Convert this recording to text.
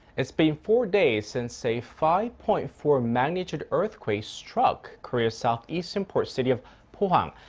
it's been four days since a five-point-four magnitude earthquake struck korea's southeastern port city of pohang.